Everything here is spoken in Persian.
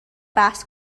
بحث